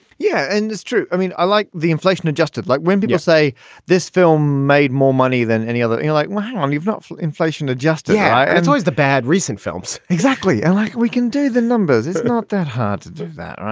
yeah. and it's true. i mean, i like the inflation adjusted like when people say this film made more money than any other. you know, like why um you've not inflation adjusted. yeah it's always the bad recent films. exactly. like we can do the numbers. it's not that hard to do that.